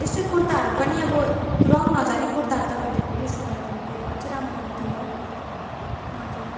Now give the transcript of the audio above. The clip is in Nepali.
यस्तै कुर्ताहरू पनि अब रङ नजाने कुर्ताहरू तपाईँहरूले बेच्नु भयो भने चाहिँ अझै राम्रो हुन्थ्यो हजुर